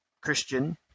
christian